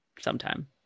sometime